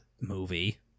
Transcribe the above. movie